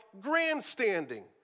grandstanding